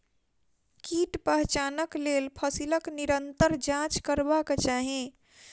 कीट पहचानक लेल फसीलक निरंतर जांच करबाक चाही